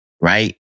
right